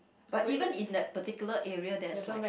but even in the particular area there is like